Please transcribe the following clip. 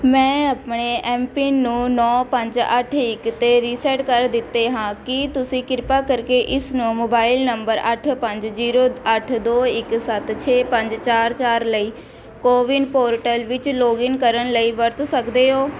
ਮੈਂ ਆਪਣੇ ਐੱਮਪਿੰਨ ਨੂੰ ਨੌ ਪੰਜ ਅੱਠ ਇੱਕ 'ਤੇ ਰੀਸੈਟ ਕਰ ਦਿੱਤੇ ਹਾਂ ਕੀ ਤੁਸੀਂ ਕਿਰਪਾ ਕਰਕੇ ਇਸ ਨੂੰ ਮੋਬਾਇਲ ਨੰਬਰ ਅੱਠ ਪੰਜ ਜੀਰੋ ਅੱਠ ਦੋ ਇੱਕ ਸੱਤ ਛੇ ਪੰਜ ਚਾਰ ਚਾਰ ਲਈ ਕੋਵਿਨ ਪੋਰਟਲ ਵਿੱਚ ਲੌਗਇਨ ਕਰਨ ਲਈ ਵਰਤ ਸਕਦੇ ਹੋ